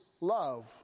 love